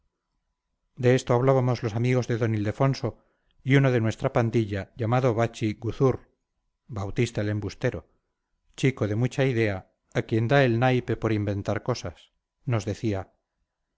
de esto hablábamos los amigos de d ildefonso y uno de nuestra pandilla llamado bachi guzur bautista el embustero chico de mucha idea a quien da el naipe por inventar cosas nos decía